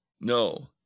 No